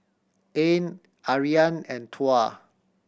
Ain Aryan and Tuah